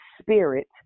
spirit